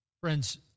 Friends